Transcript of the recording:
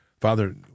Father